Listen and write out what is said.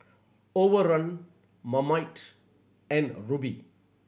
Overrun Marmite and Rubi